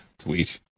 sweet